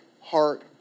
heart